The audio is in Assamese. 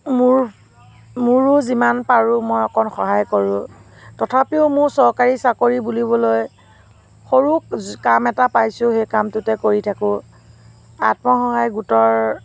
মোৰো মোৰো যিমান পাৰোঁ অকণ সহায় কৰোঁ তথাপিও মোৰ চৰকাৰী চাকৰি বুলিবলৈ সৰু কাম এটা পাইছোঁ সেইটো কামটোতেই কৰি থাকোঁ আত্মসহায়ক গোটৰ